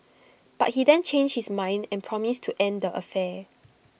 but he then changed his mind and promised to end the affair